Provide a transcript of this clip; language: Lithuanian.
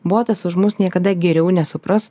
botas už mus niekada geriau nesupras